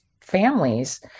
families